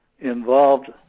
involved